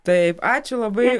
taip ačiū labai